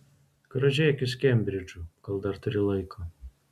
grožėkis kembridžu kol dar turi laiko